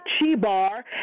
Chibar